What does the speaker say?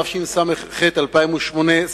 התשס"ח 2008,